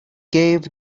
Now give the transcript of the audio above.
gave